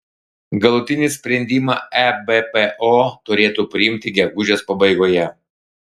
galutinį sprendimą ebpo turėtų priimti gegužės pabaigoje